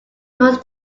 was